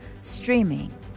streaming